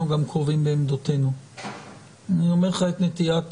אני חושב שאנחנו גם קרובים בעמדותינו ואני אומר לך את נטיית